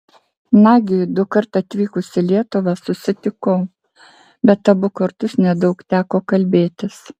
nagiui dukart atvykus į lietuvą susitikau bet abu kartus nedaug teko kalbėtis